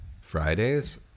Fridays